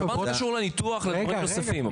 שב"ן קשור לניתוח ולמקומות נוספים,